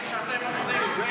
דברים שאתם ממציאים.